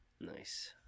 Nice